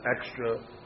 extra